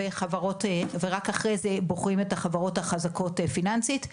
ורק אחרי זה בוחרים את החברות החזקות פיננסית,